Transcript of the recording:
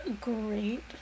great